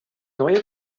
neue